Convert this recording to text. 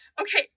okay